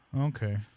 Okay